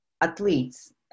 athletes